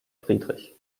friedrich